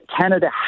Canada